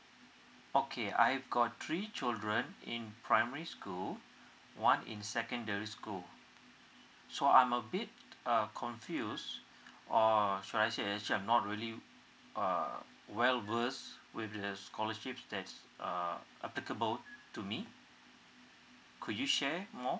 okay I've got three children in primary school one in secondary school so I'm a bit err confuse or should I say actually I'm not really uh well verse with the scholarships that's uh applicable to me could you share more